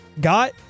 got